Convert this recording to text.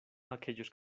aquellos